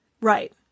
Right